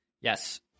Yes